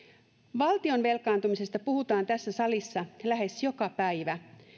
valtion velkaantumisesta puhutaan tässä salissa lähes joka päivä